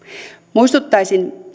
muistuttaisin